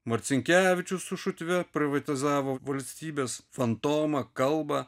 marcinkevičius su šutve privatizavo valstybės fantomą kalbą